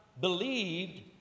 believed